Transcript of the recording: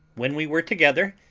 when we were together,